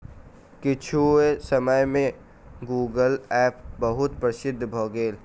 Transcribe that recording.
किछुए समय में गूगलपे बहुत प्रसिद्ध भअ भेल